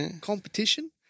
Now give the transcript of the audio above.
competition